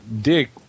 Dick